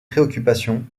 préoccupations